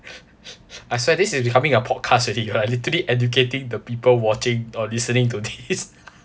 I swear this is becoming a podcast already you are literally educating the people watching or listening to this